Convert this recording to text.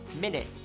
minute